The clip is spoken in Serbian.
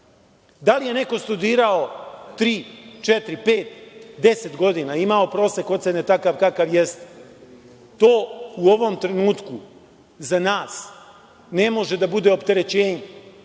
Da li je neko studirao tri, četiri, pet, deset godina, imao prosek ocene takav kakav jeste, to u ovom trenutku za nas ne može da bude opterećenje.